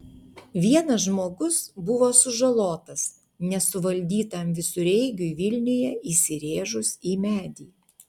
vienas žmogus buvo sužalotas nesuvaldytam visureigiui vilniuje įsirėžus į medį